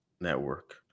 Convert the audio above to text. network